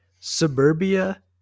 suburbia